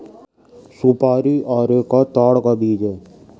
सुपारी अरेका ताड़ का बीज है